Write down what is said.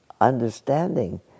understanding